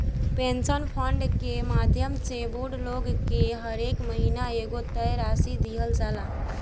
pension fund के माध्यम से बूढ़ लोग के हरेक महीना एगो तय राशि दीहल जाला